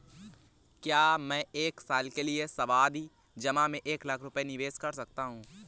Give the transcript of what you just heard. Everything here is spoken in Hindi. क्या मैं एक साल के लिए सावधि जमा में एक लाख रुपये निवेश कर सकता हूँ?